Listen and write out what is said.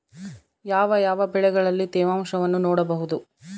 ಯಾವ ಯಾವ ಬೆಳೆಗಳಲ್ಲಿ ತೇವಾಂಶವನ್ನು ನೋಡಬಹುದು?